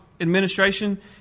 administration